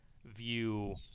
view